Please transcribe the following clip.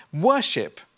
Worship